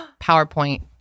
powerpoint